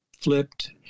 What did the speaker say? flipped